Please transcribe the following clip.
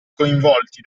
coinvolti